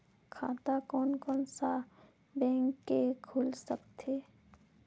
खाता कोन कोन सा बैंक के खुल सकथे?